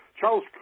Charles